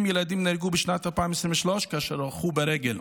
ילדים נהרגו בשנת 2023 כאשר הלכו ברגל.